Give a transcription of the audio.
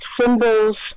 symbols